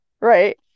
right